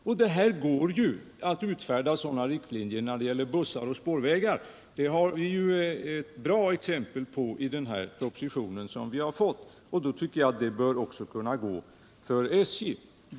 Sådana riktlinjer går det bra att utarbeta för bussar och spårvagnar — det har vi ett utmärkt exempel på i den proposition som vi har fått. Därför tycker jag att det också bör kunna gå när det gäller SJ.